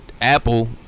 Apple